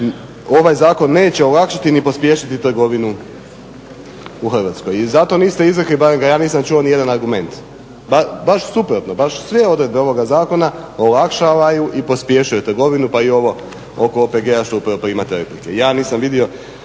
ovaj zakon neće olakšati ni pospješiti trgovinu u Hrvatskoj i zato nisam iza … granica čuo nijedan argument. Baš suprotno, baš sve odredbe ovoga zakona olakšavaju i pospješuju trgovinu pa i ovo oko OPG-a pa imate replike. Ja nisam vidio,